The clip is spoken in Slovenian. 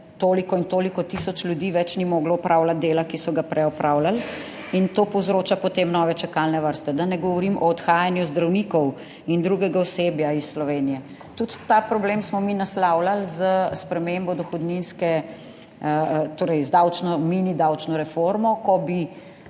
toliko in toliko tisoč ljudi več ni moglo opravljati dela, ki so ga prej opravljali, in to povzroča, potem nove čakalne vrste. Da ne govorim o odhajanju zdravnikov in drugega osebja iz Slovenije. Tudi ta problem smo mi naslavljali s spremembo dohodninske torej z davčno, mini davčno reformo, ko bi